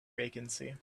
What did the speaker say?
vacancy